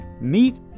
meet